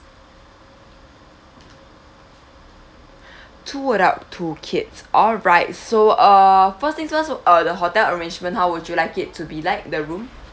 two adult two kids alright so err first things first uh the hotel arrangement how would you like it to be like the room